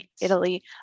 Italy